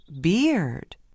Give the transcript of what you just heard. beard